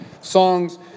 Songs